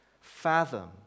fathom